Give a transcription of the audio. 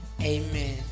Amen